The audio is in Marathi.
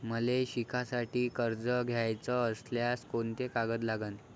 मले शिकासाठी कर्ज घ्याचं असल्यास कोंते कागद लागन?